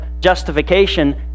justification